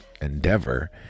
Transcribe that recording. endeavor